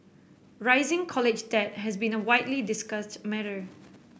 rising college debt has been a widely discussed matter